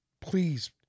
Please